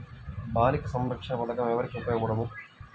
బాలిక సంరక్షణ పథకం ఎవరికి ఉపయోగము?